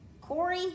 Corey